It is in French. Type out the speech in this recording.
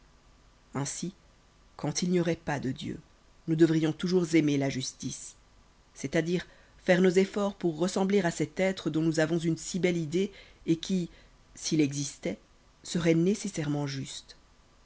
ainsi quand il n'y aurait pas de dieu nous devrions toujours aimer la justice c'est-à-dire faire nos efforts pour ressembler à cet être dont nous avons une si belle idée et qui s'il existait serait nécessairement juste